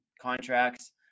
contracts